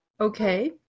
Okay